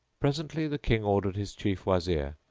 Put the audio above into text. presently the king ordered his chief wazir,